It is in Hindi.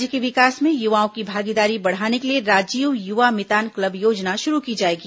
राज्य के विकास में युवाओं की भागीदारी बढ़ाने के लिए राजीव युवा मितान क्लब योजना शुरू की जायेगी